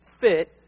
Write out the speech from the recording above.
fit